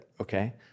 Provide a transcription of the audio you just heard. okay